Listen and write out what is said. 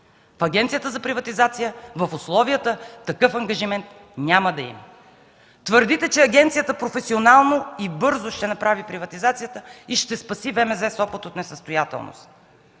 В Агенцията за приватизация в условията такъв ангажимент няма да има. Твърдите, че агенцията професионално и бързо ще направи приватизацията и ще спаси ВМЗ – Сопот от несъстоятелност.